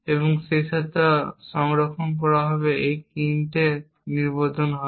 এবং সেইসাথে সংরক্ষণ করা হবে এই কিনতে নির্দেশিত নিবন্ধন হবে